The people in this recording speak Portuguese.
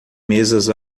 mesas